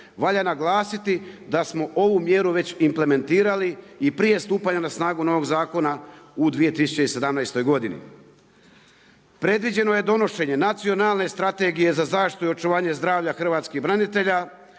Valja naglasiti da smo ovu mjeru već implementirali i prije stupanja na snagu novog zakona u 2017. godini. Predviđeno je donošenje nacionalne strategije za zaštitu i očuvanje zdravlja hrvatskih branitelja,